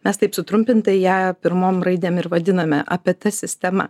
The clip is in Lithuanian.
mes taip sutrumpintai ją pirmom raidėm ir vadiname apt sistema